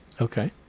Okay